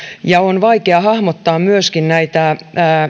ja on vaikea hahmottaa myöskin näitä